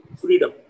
freedom